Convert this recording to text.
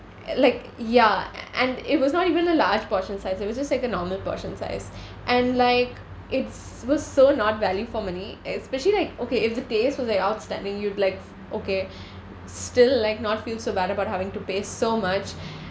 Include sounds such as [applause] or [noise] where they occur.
like ya and it was not even a large portion size it was just like a normal portion size [breath] and like it's was so not value for money especially like okay if the taste was like outstanding you'd like okay [breath] still like not feel so bad about having to pay so much [breath]